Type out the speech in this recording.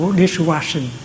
dishwashing